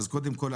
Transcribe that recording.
אז קודם כל,